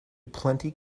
plenty